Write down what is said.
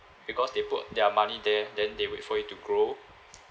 because they put their money there then they wait for it to grow